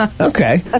Okay